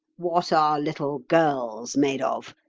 what are little girls made of?